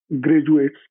graduates